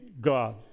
God